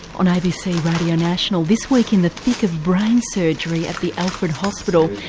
on abc radio national, this week in the thick of brain surgery at the alfred hospital.